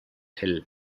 hell